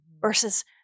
versus